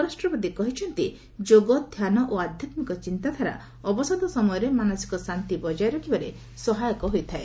ଉପରାଷ୍ଟ୍ରପତି କହିଛନ୍ତି ଯୋଗ ଧ୍ୟାନ ଓ ଆଧ୍ୟାତ୍ମିକ ଚିନ୍ତାଧାରା ଅବସାଦ ସମୟରେ ମାନସିକ ଶାନ୍ତି ବଜାୟ ରଖିବାରେ ସହାୟକ ହୋଇଥାଏ